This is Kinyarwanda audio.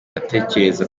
atekereza